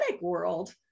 world